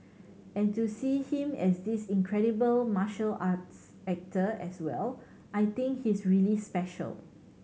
and to see him as this incredible martial arts actor as well I think he's really special